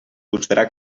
constarà